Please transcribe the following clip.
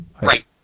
Right